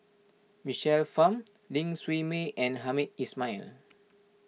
Michael Fam Ling Siew May and Hamed Ismail